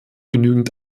genügend